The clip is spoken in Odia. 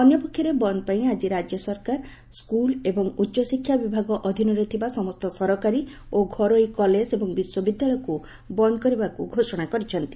ଅନ୍ୟପକ୍ଷରେ ବନ୍ଦପାଇଁ ଆଜି ରାଜ୍ୟ ସରକାର ସ୍କୁଲ ଏବଂ ଉଚ୍ଚଶିକ୍ଷା ବିଭାଗ ଅଧୀନରେ ଥିବା ସମସ୍ତ ସରକାରୀ ଓ ଘରୋଇ କଲେଜ ଏବଂ ବିଶ୍ୱବିଦ୍ୟାଳୟକୁ ବନ୍ଦ କରିବାକୁ ଘୋଷଣା କରିଛନ୍ତି